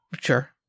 Sure